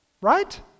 right